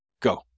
Go